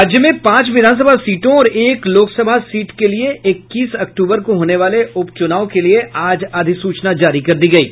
राज्य में पांच विधानसभा सीटों और एक लोकसभा सीट के लिये इक्कीस अक्टूबर को होने वाले उपचुनाव के लिये आज अधिसूचना जारी कर दी गयी